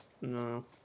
no